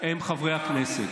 הם חברי הכנסת,